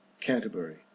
Canterbury